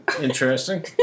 Interesting